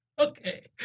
Okay